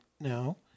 now